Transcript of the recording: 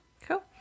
Cool